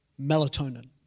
melatonin